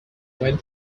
went